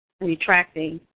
retracting